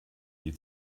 die